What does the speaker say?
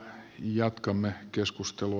jatkamme keskustelua